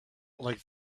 like